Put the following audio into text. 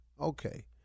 okay